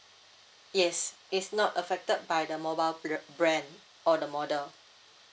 yes it's not affected by the mobile period brand or the model